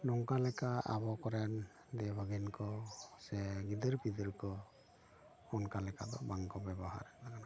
ᱱᱚᱝᱠᱟ ᱞᱮᱠᱟ ᱟᱵᱚ ᱠᱚᱨᱮᱱ ᱫᱮ ᱵᱷᱟᱜᱤᱱ ᱠᱚ ᱥᱮ ᱜᱤᱫᱟᱹᱨ ᱯᱤᱫᱟᱹᱨ ᱠᱚ ᱚᱱᱠᱟ ᱞᱮᱠᱟᱫᱚ ᱵᱟᱝ ᱠᱚ ᱵᱮᱵᱚᱦᱟᱨᱮᱫ ᱠᱟᱱᱟ